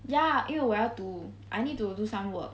ya 因为我要读 I need to do some work